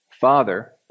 father